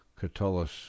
Catullus